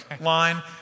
line